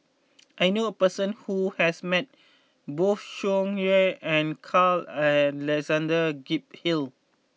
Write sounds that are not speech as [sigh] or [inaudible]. [noise] I knew a person who has met both Tsung Yeh and Carl Alexander Gibson Hill